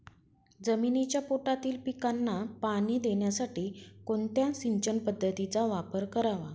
जमिनीच्या पोटातील पिकांना पाणी देण्यासाठी कोणत्या सिंचन पद्धतीचा वापर करावा?